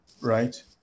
right